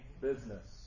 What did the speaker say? business